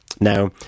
Now